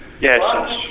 Yes